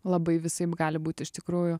labai visaip gali būti iš tikrųjų